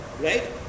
right